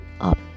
up